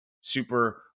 super